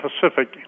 Pacific